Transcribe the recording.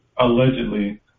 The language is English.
allegedly